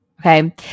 Okay